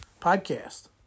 podcast